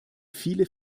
viele